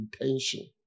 intention